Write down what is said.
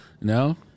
No